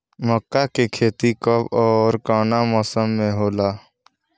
मका के खेती कब ओर कवना मौसम में होला?